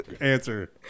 answer